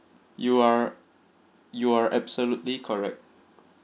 you are you are absolutely correct